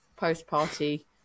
post-party